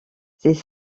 ces